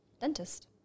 dentist